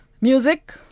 Music